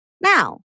now